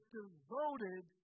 devoted